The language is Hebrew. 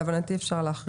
להבנתי אפשר להחריג את זה.